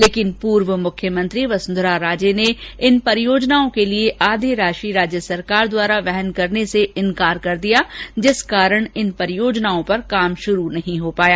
लेकिन पूर्व मुख्यमंत्री वसुंधरा राजे ने इन परियोजनाओं के लिए आधी राषि राज्य द्वारा वहन करने से इनकार कर दिया जिस कारण इन परियोजनाओं पर काम शुरू नहीं हो पाया